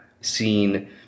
seen